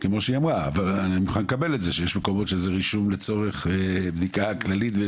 אני מוכן לקבל את זה שיש מקומות שזה רישום לצורך בדיקה כללית.